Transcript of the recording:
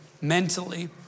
mentally